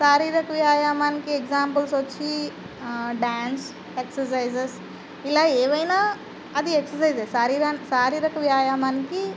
శారీరక వ్యాయామానికి ఎక్సామ్పుల్స్ వచ్చి డ్యాన్స్ ఎక్ససైజస్ ఇలా ఏవైనా అది ఎక్ససైజే శారీర శారీరక వ్యాయామానికి